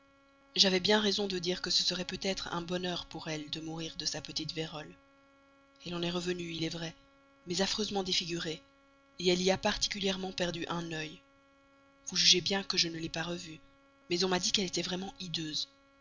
j'avais bien raison de dire que ce serait peut-être un bonheur pour elle de mourir de sa petite vérole elle en est revenue il est vrai mais affreusement défigurée elle y a particulièrement perdu un œil vous jugez bien que je ne l'ai pas revue mais on m'a dit qu'elle était vraiment